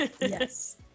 Yes